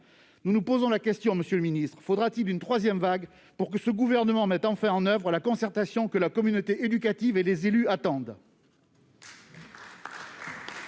aux défaillances de l'État. Monsieur le ministre, faudra-t-il une troisième vague pour que ce Gouvernement mette enfin en oeuvre la concertation que la communauté éducative et les élus attendent ?